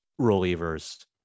relievers